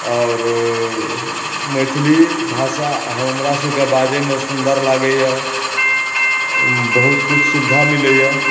आओर मैथिली भाषा हमरा सबके बाजय शमे सुन्दर लागै यऽ बहुत किछु सुविधा मिलै यऽ